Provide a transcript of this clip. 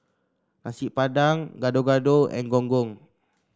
Nasi Padang Gado Gado and Gong Gong